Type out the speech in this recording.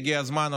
הגיע הזמן,